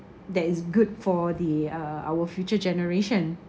that is good for the uh our future generation